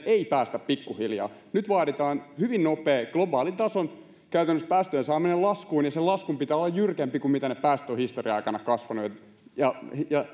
ei päästä pikkuhiljaa nyt vaaditaan käytännössä hyvin nopea globaalin tason päästöjen saaminen laskuun ja sen laskun pitää olla jyrkempi kuin ne päästöhistorian aikana kasvaneet ja